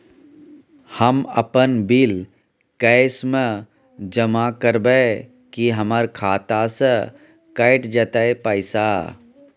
हम अपन bill cash म जमा करबै की हमर खाता स कैट जेतै पैसा?